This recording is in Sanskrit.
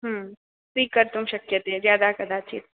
ह्म् स्वीकर्तुं शक्यते यदाकदाचित्